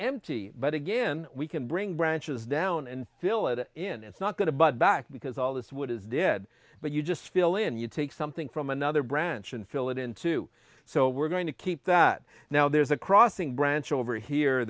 empty but again we can bring branches down and fill it in it's not going to bud back because all this wood is dead but you just fill in you take something from another branch and fill it in two so we're going to keep that now there's a crossing branch over here